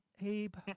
Abe